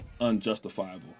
unjustifiable